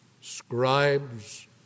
scribes